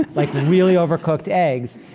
like really overcooked eggs.